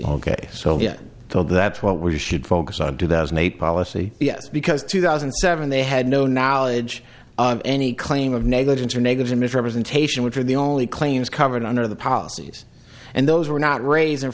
ok so yes so that's what we should focus on two thousand and eight policy yes because two thousand and seven they had no knowledge of any claim of negligence or negligent misrepresentation which are the only claims covered under the policies and those were not rais